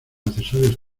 accesorios